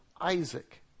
Isaac